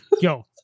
Yo